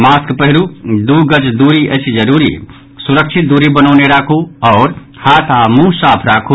mask पहिरू दू गज दूरी अछि जरूरी सुरक्षित दूरी बनौने राखू आ हाथ आ मुंह साफ राखू